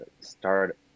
start